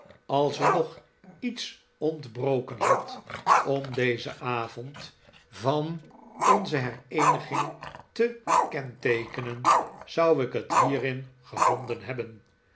als er nog iets ontbroken had om dezen avond van onze hereeniging te kenteekenen zou ik het hierin gevonden hebben